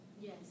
Yes